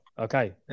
okay